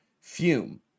Fume